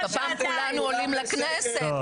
הפעם כולנו עולים לכנסת,